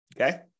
Okay